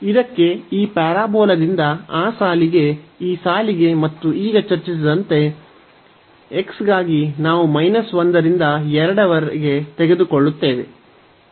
ಇದಕ್ಕೆ ಈ ಪ್ಯಾರಾಬೋಲಾದಿಂದ ಆ ಸಾಲಿಗೆ ಈ ಸಾಲಿಗೆ ಮತ್ತು ಈಗ ಚರ್ಚಿಸಿದಂತೆ x ಗಾಗಿ ನಾವು 1 ರಿಂದ 2 ರವರೆಗೆ ತೆಗೆದುಕೊಳ್ಳುತ್ತೇವೆ